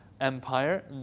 empire